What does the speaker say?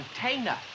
container